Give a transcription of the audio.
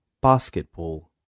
Basketball